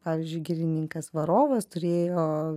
pavyzdžiui girininkas varovas turėjo